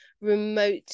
remote